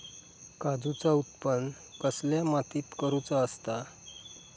काजूचा उत्त्पन कसल्या मातीत करुचा असता?